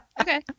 okay